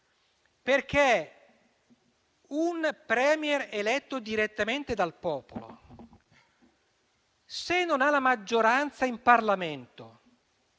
voi. Un *Premier* eletto direttamente dal popolo, se non ha la maggioranza in Parlamento,